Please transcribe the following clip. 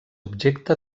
objecte